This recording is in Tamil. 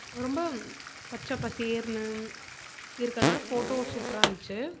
ரொம்ப பச்சை பசேல்னு இருக்கனால் ஃபோட்டோ சூப்பராக இருந்துச்சு